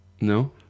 No